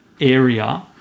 area